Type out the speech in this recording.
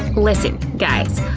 listen, guys,